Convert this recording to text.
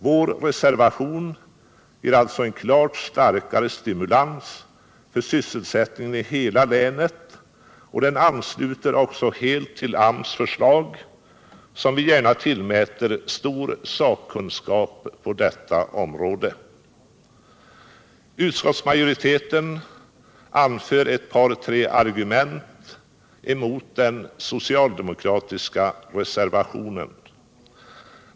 Vår reservation ger alltså en klart starkare stimulans för sysselsättningen i hela länet, och den ansluter också helt till förslaget från AMS, som vi tillmäter stor sakkunskap på detta område. Utskottsmajoriteten anför ett par tre argument mot den socialdemokratiska reservationen.